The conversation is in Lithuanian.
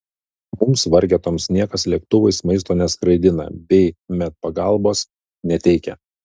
mums vargetoms niekas lėktuvais maisto neskraidina bei medpagalbos neteikia